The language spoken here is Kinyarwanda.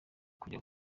kujya